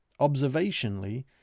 observationally